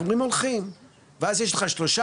והיום משרדי הממשלה יכולים לשלם מינימום,